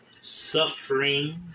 suffering